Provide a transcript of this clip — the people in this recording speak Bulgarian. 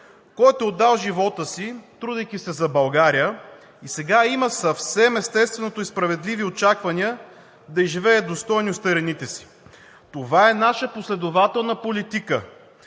който е отдал живота си, трудейки се за България, и сега има съвсем естествени и справедливи очаквания да изживее достойно старините си. Това е наша последователна политика